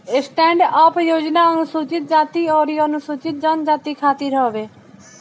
stand up योजना अनुसूचित जाती अउरी अनुसूचित जनजाति खातिर हवे